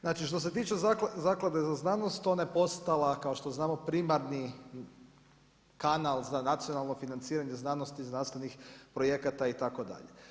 Znači, što se tiče Zaklade za znanost, ona je postala kao što znamo primarni kanal za nacionalno financiranje znanosti i znanstvenih projekata itd.